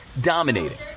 dominating